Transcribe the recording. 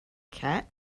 cat